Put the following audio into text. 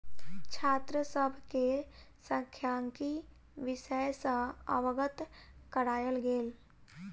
छात्र सभ के सांख्यिकी विषय सॅ अवगत करायल गेल